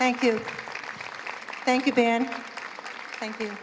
thank you thank you ben thank you